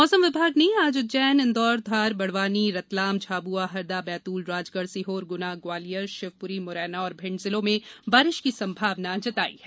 मौसम विभाग ने आज उज्जैन इंदौर धार बड़वानी रतलाम झाबुआ हरदा बैतूल राजगढ़ सीहोर गुना ग्वालियर शिवपुरी मुरैना और भिण्ड जिलों में बारिश की संभावना जताई है